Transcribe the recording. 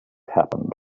happened